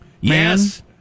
Yes